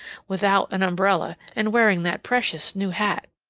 without an umbrella, and wearing that precious new hat.